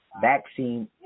Vaccine